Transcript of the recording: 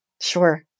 Sure